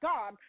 God